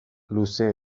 luzea